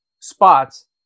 spots